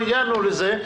אם לא הגענו לזה,